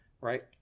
right